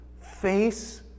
Face